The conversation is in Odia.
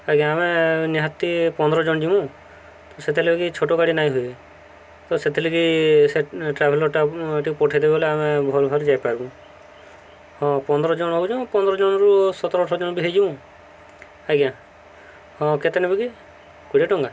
ଆଜ୍ଞା ଆମେ ନିହାତି ପନ୍ଦର ଜଣ ଯିମୁ ତ ସେଥିରଲାଗି ଛୋଟ ଗାଡ଼ି ନାଇଁ ହୁଏ ତ ସେଥିଲାଗି ସେ ଟ୍ରାଭେଲରଟା ଟିକେ ପଠେଇଦେବେ ବଲେ ଆମେ ଭଲ କରି ଯାଇପାରିବୁ ହଁ ପନ୍ଦର ଜଣ ହଉଚଁ ପନ୍ଦର ଜଣରୁ ସତର ଅଠର ଜଣ ବି ହେଇଯିବୁ ଆଜ୍ଞା ହଁ କେତେ ନେବେ କି କୋଡ଼ିଏ ଟଙ୍କା